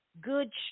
good